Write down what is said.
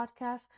podcast